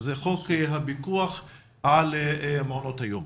חוק הפיקוח על מעונות היום.